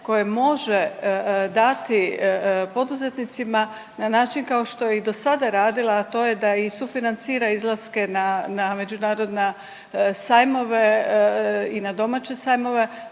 koje može dati poduzetnicima na način kao što je i do sada radila, a to da i sufinancira izlaske na međunarodna sajmove i na domaće sajmove,